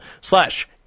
Slash